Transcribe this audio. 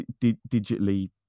digitally